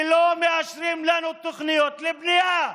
כי לא מאשרים לנו תוכניות לבנייה.